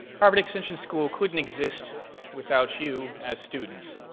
harvard extension school couldn't exist without you as students.